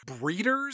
breeders